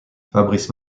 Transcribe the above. fabrice